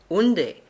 unde